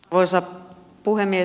arvoisa puhemies